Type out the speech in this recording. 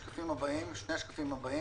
בשני השקפים הבאים.